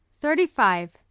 Thirty-Five